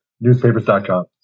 Newspapers.com